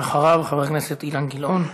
ואחריו, חבר הכנסת אילן גילאון.